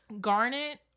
garnet